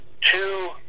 two